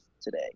today